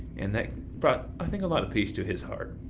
and that brought i think, a lot of peace to his heart.